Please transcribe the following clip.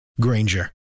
Granger